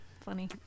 funny